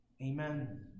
Amen